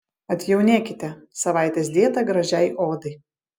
atjaunėkite savaitės dieta gražiai odai